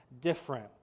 different